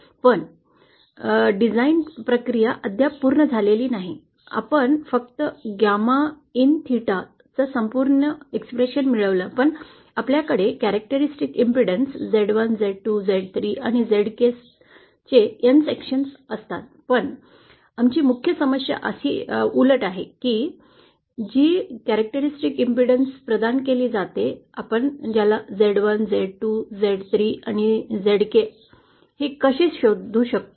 पण रचना प्रक्रिया अद्याप पूर्ण झालेली नाही आपण फक्त गॅमा एन थेटा च संपूर्ण समीकरण मिळवलं पण आपल्याकडे वैशिष्ट्यपूर्ण अडथळा Z1 Z2 Z3 आणि Zk सह एन विभाग असतात पण आमची मुख्य समस्या अशी उलट आहे की जी विशिष्ट प्रतिबिंब प्रदान केली जाते आपण झेड १ झेड २ झेड ३ आणि झेड के कसे शोधू शकतो